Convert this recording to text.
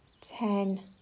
Ten